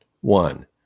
One